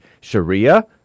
Sharia